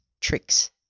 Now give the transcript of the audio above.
tricks